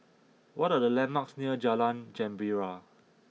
what are the landmarks near Jalan Gembira